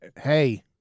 hey